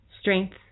strength